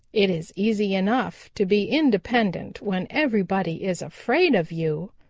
it is easy enough to be independent when everybody is afraid of you,